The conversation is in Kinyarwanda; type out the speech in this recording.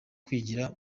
kwigira